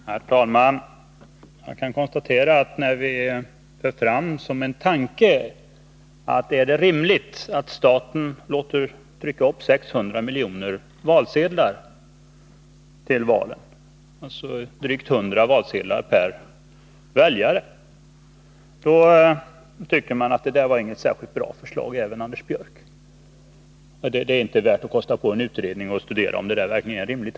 Herr talman! Jag kan konstatera, att när vi för fram tanken om det är rimligt att staten låter trycka 600 miljoner valsedlar i samband med valen — det är drygt 100 valsedlar per väljare —, tycker man inte att detta är särskilt bra gjort. Det tycker inte heller Anders Björck. Man tycker att det inte är värt att kosta på en utredning som studerar om detta verkligen är rimligt.